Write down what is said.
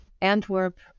Antwerp